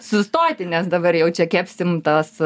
sustoti nes dabar jau čia kepsim tas